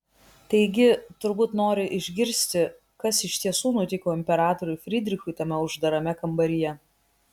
taigi turbūt nori išgirsti kas iš tiesų nutiko imperatoriui frydrichui tame uždarame kambaryje